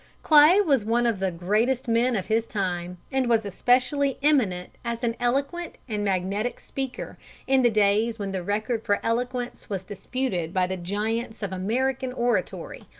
clay was one of the greatest men of his time, and was especially eminent as an eloquent and magnetic speaker in the days when the record for eloquence was disputed by the giants of american oratory,